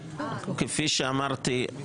כפי שאמרתי,